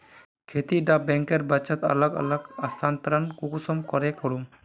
खेती डा बैंकेर बचत अलग अलग स्थानंतरण कुंसम करे करूम?